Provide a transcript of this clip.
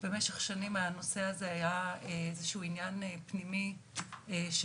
במשך שנים הנושא הזה היה איזשהו עניין פנימי שלנו,